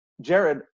Jared